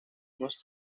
unos